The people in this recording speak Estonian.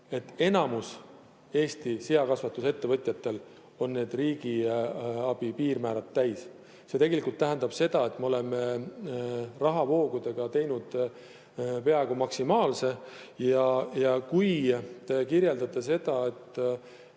et enamusel Eesti seakasvatusettevõtjatel on riigiabi piirmäärad täis. See tegelikult tähendab seda, et me oleme rahavoogudega teinud peaaegu maksimaalse. Ja kui te ütlete